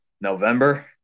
November